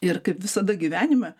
ir kaip visada gyvenime